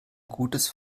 gutes